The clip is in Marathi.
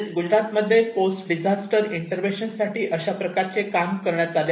गुजरात मध्ये पोस्ट डिझास्टर इंटर्वेंशन साठी अशाप्रकारचे काम करण्यात आले आहे